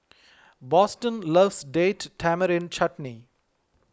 Boston loves Date Tamarind Chutney